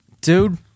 Dude